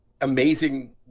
amazing